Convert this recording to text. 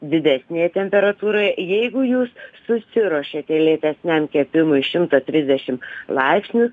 didesnėje temperatūroje jeigu jūs susiruošėte lėtesniam kepimui šimto trisdešim laipsnių